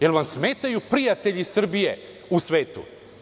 Jel vam smetaju prijatelji Srbije u svetu?